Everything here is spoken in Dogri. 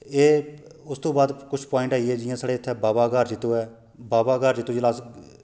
एह् उस तू बाद कुछ पाइंट आई गे जियां साढ़ै इत्थै बाबा घार जित्तो ऐ बाबा घार जित्तो जेल्लै अस